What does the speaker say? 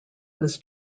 was